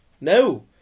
No